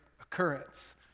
occurrence